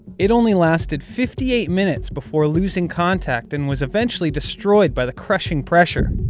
it only lasted fifty eight minutes before losing contact and was eventually destroyed by the crushing pressure.